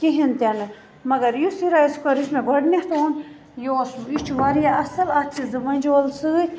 کِہیٖںۍ تہِ نہٕ مگر یُس یہِ رایِس کُکر یُس مےٚ گۄڈنٮ۪تھ اوٚن یہِ اوس یہِ چھُ واریاہ اَصٕل اَتھ چھِ زٕ منجول سۭتۍ